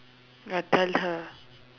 ya tell her